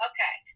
Okay